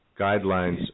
guidelines